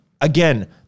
again